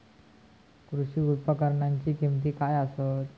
कृषी उपकरणाची किमती काय आसत?